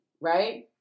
right